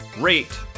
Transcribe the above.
rate